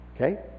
Okay